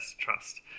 Trust